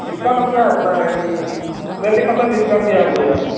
discount আছে আপোনাৰ এই টুৱেণ্টি পাৰচেণ্ট ডিছকাউণ্ট দিয়া হ'ব ইয়াৰ ওপৰত